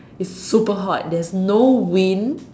it's super hot there is no wind